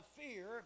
fear